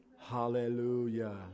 Hallelujah